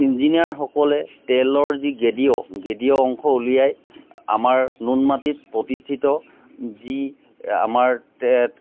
ইঞ্জিনিয়াৰসকলে তেলৰ যি গেদীয় গেদীয় অংশ উলিয়াই আমাৰ নুনমাটিত প্ৰতিষ্ঠিত যি আমাৰ